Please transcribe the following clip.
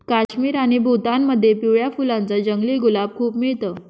काश्मीर आणि भूतानमध्ये पिवळ्या फुलांच जंगली गुलाब खूप मिळत